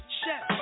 chef